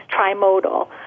trimodal